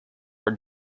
are